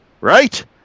Right